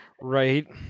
Right